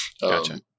Gotcha